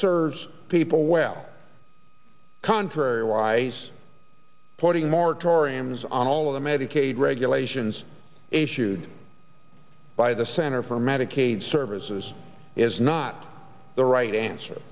serves people well contrariwise putting more tory aims on all of the medicaid regulations issued by the center for medicaid services is not the right answer